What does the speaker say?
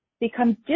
become